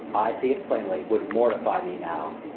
i see it plainly, would mortify me now.